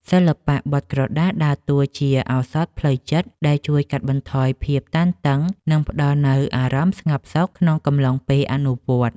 សិល្បៈបត់ក្រដាសដើរតួជាឱសថផ្លូវចិត្តដែលជួយកាត់បន្ថយភាពតានតឹង និងផ្ដល់នូវអារម្មណ៍ស្ងប់សុខក្នុងកំឡុងពេលអនុវត្ត។